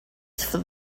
for